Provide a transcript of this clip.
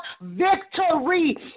victory